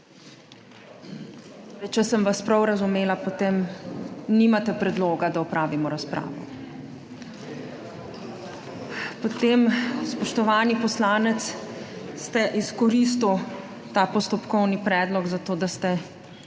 Če sem vas prav razumela, potem nimate predloga, da opravimo razpravo. Potem, spoštovani poslanec, ste izkoristili ta postopkovni predlog za to, da ste